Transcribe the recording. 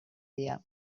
dia